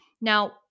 Now